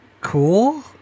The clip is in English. cool